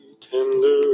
tender